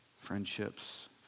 friendships